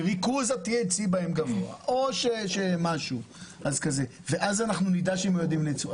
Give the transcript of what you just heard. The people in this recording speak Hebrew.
שריכוז ה-THC בהם גבוה או שיש משהו ואז אנחנו נדע שהם מיועדים לייצוא,